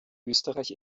österreich